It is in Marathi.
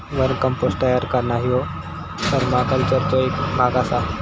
वर्म कंपोस्ट तयार करणा ह्यो परमाकल्चरचो एक भाग आसा